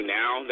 now